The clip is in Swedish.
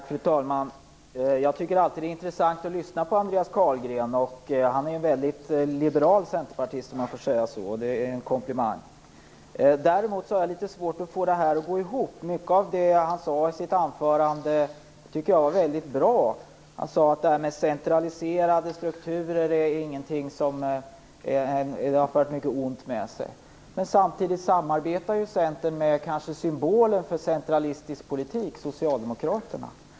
Fru talman! Jag tycker alltid att det är intressant att lyssna på Andreas Carlgren. Han är en mycket liberal centerpartist, om jag får säga så. Det är en komplimang. Däremot har jag litet svårt att få detta att gå ihop. Mycket av det som han sade i sitt anförande tycker jag var mycket bra. Han sade att centraliserade strukturer har fört mycket ont med sig. Men samtidigt samarbetar Centern med Socialdemokraterna, som kanske är symbolen för centralistisk politik.